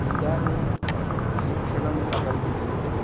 इदानीं शिक्षणं कथम् इत्युक्ते